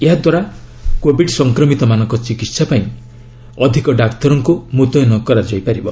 ଏହାଦ୍ୱାରା କୋବିଡ୍ ସଂକ୍ରମିତମାନଙ୍କ ଚିକିହା ପାଇଁ ଅଧିକ ଡାକ୍ତରଙ୍କୁ ମୁତୟନ କରାଯାଇପାରିବ